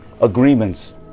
agreements